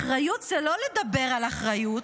אחריות זה לא לדבר על אחריות,